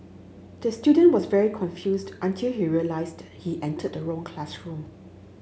the student was very confused until he realised he entered the wrong classroom